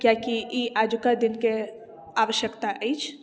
कियाकि ई अजुका दिनके आवश्यकता अछि